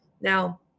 Now